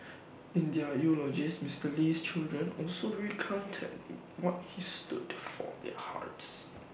in their eulogies Mr Lee's children also recounted what he stood for their hearts